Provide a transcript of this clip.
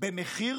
במחיר